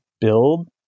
build